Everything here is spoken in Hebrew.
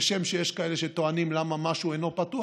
כשם שיש כאלה שטוענים למה משהו אינו פתוח,